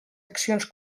accions